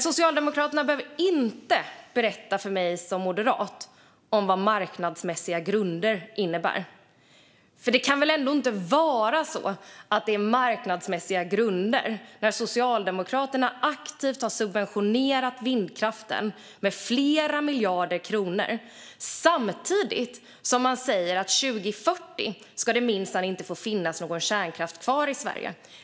Socialdemokraterna behöver dock inte berätta för mig som moderat vad marknadsmässiga grunder innebär. Det kan väl ändå inte vara marknadsmässiga grunder när Socialdemokraterna aktivt har subventionerat vindkraften med flera miljarder kronor samtidigt som de säger att det 2040 minsann inte ska få finnas någon kärnkraft kvar i Sverige.